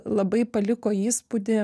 labai paliko įspūdį